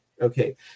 Okay